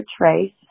Trace